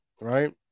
right